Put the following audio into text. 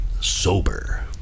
Sober